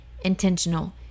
intentional